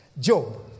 Job